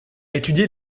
étudié